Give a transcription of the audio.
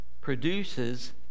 produces